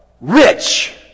rich